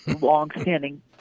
long-standing